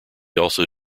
also